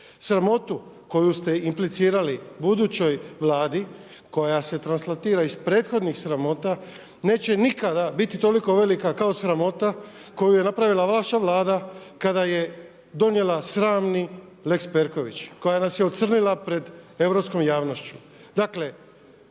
Sramotu koju ste implicirali budućoj Vladi koja se translatira iz prethodnih sramota neće nikada biti toliko velika kao sramota koju je napravila vaša Vlada kada je donijela sramni lex Perković. Koja nas je ocrnila pred europskom javnošću. Dakle,